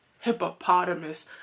hippopotamus